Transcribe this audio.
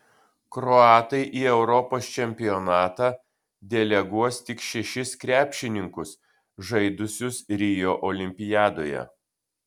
kroatai į europos čempionatą deleguos tik šešis krepšininkus žaidusius rio olimpiadoje